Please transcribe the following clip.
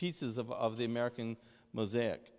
pieces of of the american music